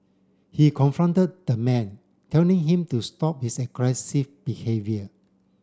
he confronted the man telling him to stop his aggressive behaviour